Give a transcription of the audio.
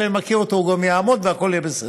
ואיך שאני מכיר אותו הוא גם יעמוד והכול יהיה בסדר.